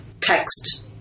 text